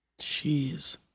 Jeez